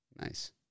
Nice